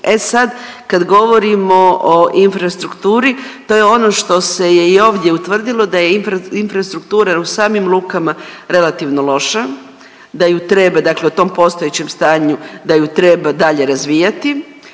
E sad kad govorimo o infrastrukturi to je ono što se je i ovdje utvrdilo da je infrastruktura u samim lukama relativno loša, da je treba, dakle u tom postojećem stanju da je treba dalje razvijati,